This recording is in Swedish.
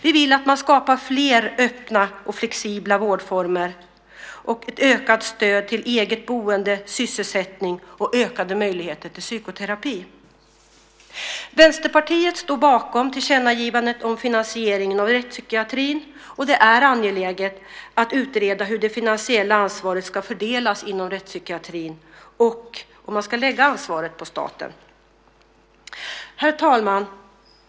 Vi vill att man skapar fler öppna och flexibla vårdformer och att det blir ett ökat stöd till eget boende och sysselsättning och ökade möjligheter till psykoterapi. Vänsterpartiet står bakom tillkännagivandet om finansieringen av rättspsykiatrin. Det är angeläget att utreda hur det finansiella ansvaret ska fördelas inom rättspsykiatrin och om man ska lägga ansvaret på staten. Herr talman!